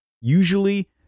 Usually